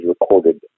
recorded